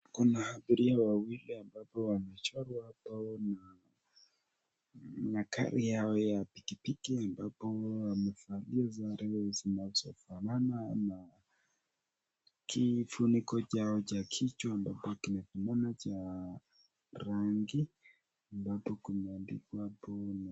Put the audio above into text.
Kuna abiria mabao wamechorwa hapa ,wao wana magari yao ya pikipiki ambapo wamevalia sare zinazofanana, na kifuniko chao cha kichwa, abapo zinafanana rangi, ambapo kumeandikwa bomu.